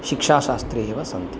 शिक्षाशास्त्रे एव सन्ति